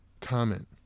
comment